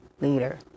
leader